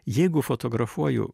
jeigu fotografuoju